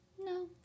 No